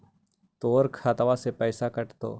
तोर खतबा से पैसा कटतो?